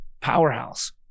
Powerhouse